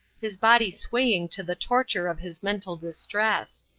his body swaying to the torture of his mental distress.